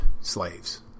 slaves